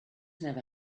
never